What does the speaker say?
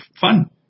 fun